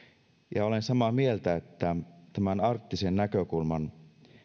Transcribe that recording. ja olen samaa mieltä että tämän arktisen näkökulman